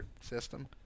system